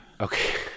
Okay